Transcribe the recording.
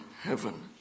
heaven